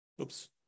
Oops